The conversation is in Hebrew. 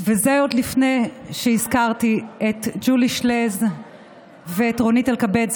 וזה עוד לפני שהזכרתי את ג'ולי שלז ואת רונית אלקבץ,